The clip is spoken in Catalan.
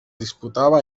disputava